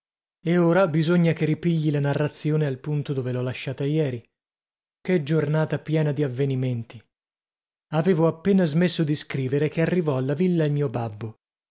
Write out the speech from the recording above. e ora bisogna che ripigli la narrazione al punto dove l'ho lasciata ieri che giornata piena di avvenimenti avevo appena smesso di scrivere che arrivò alla villa il mio babbo